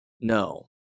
No